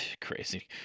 Crazy